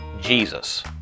Jesus